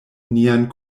nian